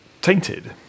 Tainted